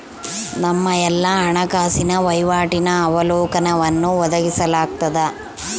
ನಮ್ಮ ಎಲ್ಲಾ ಹಣಕಾಸಿನ ವಹಿವಾಟಿನ ಅವಲೋಕನವನ್ನು ಒದಗಿಸಲಾಗ್ತದ